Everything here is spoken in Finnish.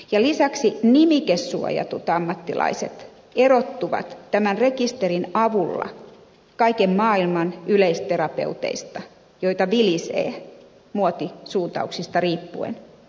lisäksi nimikesuojatut ammattilaiset erottuvat tämän rekisterin avulla kaiken maailman yleisterapeuteista joita vilisee muotisuuntauksista riippuen